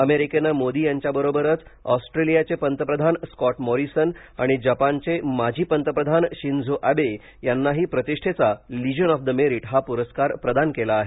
अमेरिकेने मोदी यांच्याबरोबरच ऑस्ट्रेलियाचे पतप्रधान स्कॉट मॉरिसन आणि जपानचे माजी पंतप्रधान शिंझो अॅबे यांनाही प्रतिषेचा लिजन ऑफ द मेरीट हा पुरस्कार प्रदान केला आहे